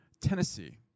Tennessee